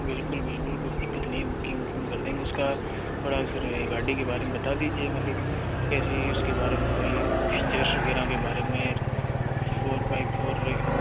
बिल्कुल बिल्कुल कोई दिक्कत नहीं है बुकिंग वूकिंग कर देंगे उसका थोड़ा सर गाड़ी के बारे में बता दीजिए ये मतलब रिव्यूज के बारे में कोई फीचर्स वगैरह के बारे में फोर बाइ फोर रे